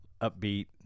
upbeat